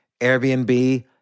Airbnb